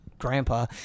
Grandpa